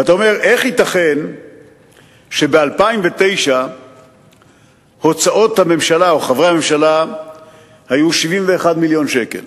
ואתה אומר: איך ייתכן שב-2009 הוצאות חברי הממשלה היו 71 מיליון שקל,